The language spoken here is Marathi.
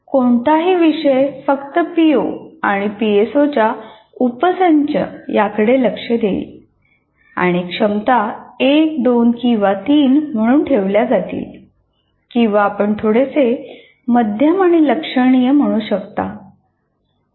कोणताही विषय फक्त पीओ आणि पीएसओच्या उपसंच याकडे लक्ष देईल आणि क्षमता 1 2 किंवा 3 म्हणून ठेवल्या जातील किंवा आपण थोडेसे मध्यम आणि लक्षणीय म्हणू शकता